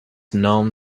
known